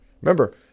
Remember